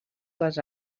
les